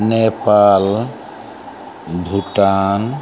Nepal Bhutan